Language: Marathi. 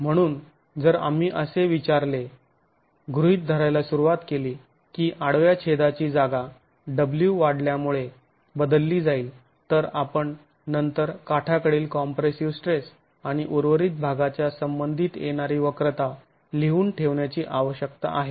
म्हणून जर आम्ही असे विचारले गृहीत धरायला सुरुवात केली की आडव्या छेदाची जागा w वाढल्यामुळे बदलली जाईल तर आपण नंतर काठाकडील कॉम्प्रेसिव स्ट्रेस आणि उर्वरित भागाच्या संबंधित येणारी वक्रता लिहून ठेवण्याची शक्यता आहे